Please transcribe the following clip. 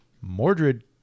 Mordred